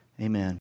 Amen